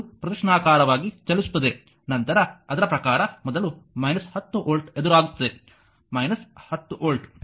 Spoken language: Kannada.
ಇದು ಪ್ರದಕ್ಷಿಣಾಕಾರವಾಗಿ ಚಲಿಸುತ್ತದೆ ನಂತರ ಅದರ ಪ್ರಕಾರ ಮೊದಲು 10 ವೋಲ್ಟ್ ಎದುರಾಗುತ್ತದೆ 10 ವೋಲ್ಟ್